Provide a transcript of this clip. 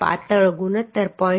પાતળો ગુણોત્તર 0